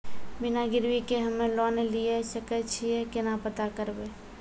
बिना गिरवी के हम्मय लोन लिये सके छियै केना पता करबै?